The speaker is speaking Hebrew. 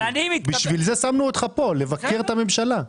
בשביל זה שמנו אותך פה, לבקר את הממשלה.